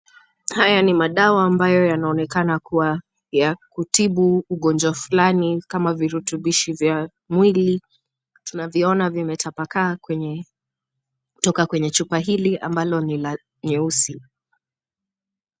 Haya ni madawa ambayo yanaonekana kuwa ya kutibu ugonjwa fulani kama virutubishi vya mwili, tunavyoona vimetapakaa kutoka kwenye chupa hili ambalo ni la nyeusi.